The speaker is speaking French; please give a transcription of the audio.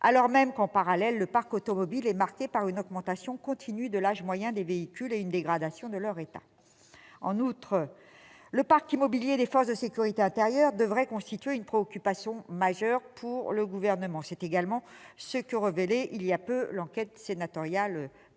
alors même que, en parallèle, le parc automobile est marqué par une augmentation continue de l'âge moyen des véhicules et une dégradation de leur état. En outre, le parc immobilier des forces de sécurité intérieure devrait constituer une préoccupation majeure pour le Gouvernement. C'est également ce que relevait voilà peu l'enquête sénatoriale que je citais.